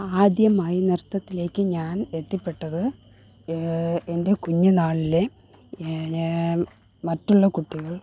ആദ്യമായി നൃത്തത്തിലേക്ക് ഞാൻ എത്തിപ്പെട്ടത് എൻ്റെ കുഞ്ഞ് നാളിലെ മറ്റുള്ള കുട്ടികൾ